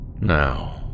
Now